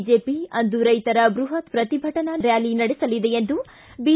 BJP ಅಂದು ರೈತರ ಬೃಹತ್ ಪ್ರತಿಭಟನಾ ರ್ಕಾಲಿ ನಡೆಸಲಿದೆ ಎಂದು ಬಿ